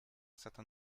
certain